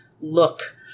look